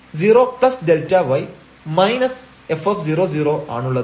അതിനാൽ 0Δx 0Δy f00 ആണുള്ളത്